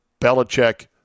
Belichick